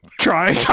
Try